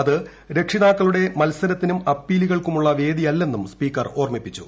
അത് രക്ഷിതാക്കളുടെ മത്സരത്തിനും അപ്പീലുകൾക്കുമുള്ള വേദിയല്ലെന്നും സ്പീക്കർ ഓർമ്മിപ്പിച്ചു